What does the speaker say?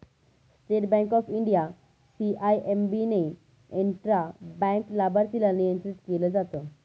state bank of India, CIMB ने intra bank लाभार्थीला नियंत्रित केलं जात